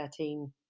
13